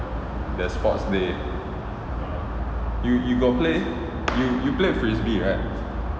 the sports day you you got play you played frisbee right